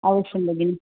अवश्यं भगिनि